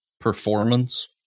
performance